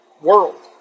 World